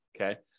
Okay